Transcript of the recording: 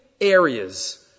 areas